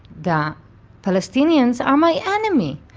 the palestinians are my enemy.